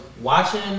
watching